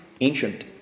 ancient